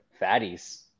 Fatties